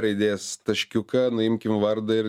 raidės taškiuką nuimkime vardą ir